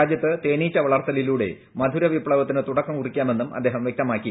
രാജ്യത്ത് തേനീച്ച വളർത്തലിലൂടെ മധുര വിപ്തവത്തിന് തുടക്കം കുറിക്കാമെന്നും അദ്ദേഹം വൃക്തമാക്കി